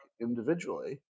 individually